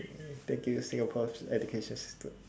thank you singapore's education system